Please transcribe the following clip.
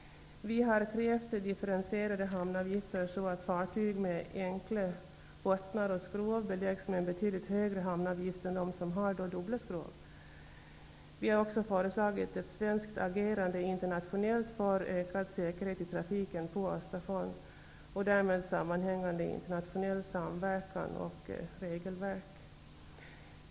Vi har krävt differentierade hamnavgifter så att fartyg med enkla bottnar och skrov beläggs med en betydligt högre hamnavgift än de som har dubbla skrov. Vi har också föreslagit ett svenskt agerande internationellt för ökad säkerhet i trafiken på Östersjön och därmed sammanhängande internationell samverkan och regelverk.